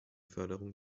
förderung